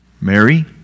Mary